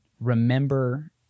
remember